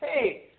hey